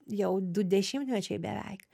jau du dešimtmečiai beveik